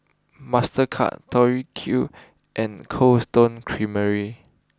Mastercard Tori Q and Cold Stone Creamery